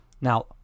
now